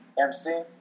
MC